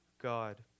God